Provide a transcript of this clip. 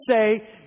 say